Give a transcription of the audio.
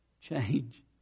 change